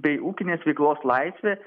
bei ūkinės veiklos laisvė